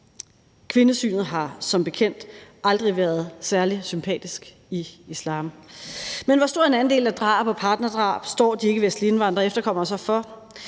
Kvindesynet har som bekendt aldrig været særlig sympatisk i islam. Men hvor stor en andel af drab og partnerdrab står de ikkevestlige indvandrere og efterkommere så for?